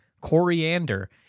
coriander